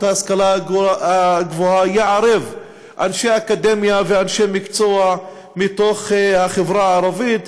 ההשכלה הגבוהה יערב אנשי אקדמיה ואנשי מקצוע מתוך החברה הערבית.